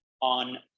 on